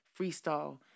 freestyle